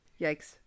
Yikes